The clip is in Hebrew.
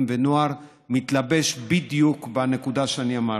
ובני נוער מתלבשת בדיוק בנקודה שאני אמרתי.